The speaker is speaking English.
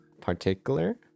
particular